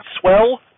swell